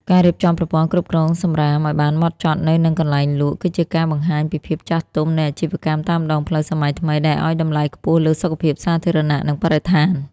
ការរៀបចំប្រព័ន្ធគ្រប់គ្រងសម្រាមឱ្យបានហ្មត់ចត់នៅនឹងកន្លែងលក់ គឺជាការបង្ហាញពីភាពចាស់ទុំនៃអាជីវកម្មតាមដងផ្លូវសម័យថ្មីដែលឱ្យតម្លៃខ្ពស់លើសុខភាពសាធារណៈ និងបរិស្ថាន។